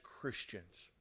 Christians